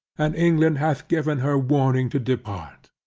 and england hath given her warning to depart.